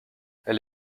elle